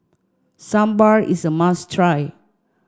Sambar is a must try